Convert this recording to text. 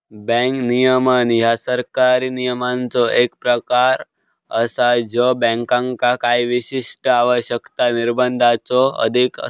bank नियमन ह्या सरकारी नियमांचो एक प्रकार असा ज्यो बँकांका काही विशिष्ट आवश्यकता, निर्बंधांच्यो अधीन असता